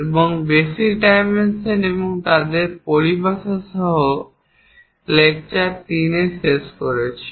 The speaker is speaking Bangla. এবং আমরা বেসিক ডাইমেনশন এবং তাদের পরিভাষা সহ লেকচার 3 শেষ করেছি